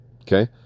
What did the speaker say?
Okay